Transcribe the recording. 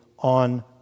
on